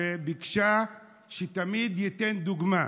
שביקשה שתמיד ייתן דוגמה.